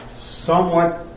somewhat